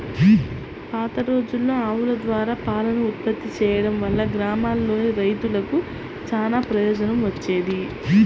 పాతరోజుల్లో ఆవుల ద్వారా పాలను ఉత్పత్తి చేయడం వల్ల గ్రామాల్లోని రైతులకు చానా ప్రయోజనం వచ్చేది